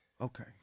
Okay